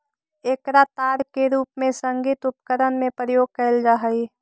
एकरा तार के रूप में भी संगीत उपकरण में प्रयोग कैल जा हई